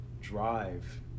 drive